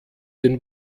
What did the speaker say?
den